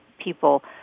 people